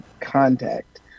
contact